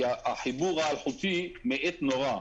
כי החיבור האלחוטי מאט מאוד,